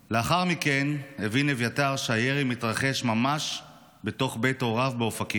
לאחר מכן הבין אביתר שהירי מתרחש ממש בתוך בית הוריו באופקים,